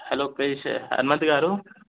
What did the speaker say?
hello పేరిసే హనుమంతు గారు